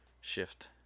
shift